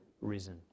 risen